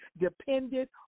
dependent